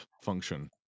function